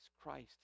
Christ